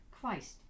Christ